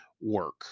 work